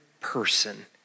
person